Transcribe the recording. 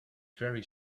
very